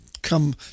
Come